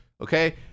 Okay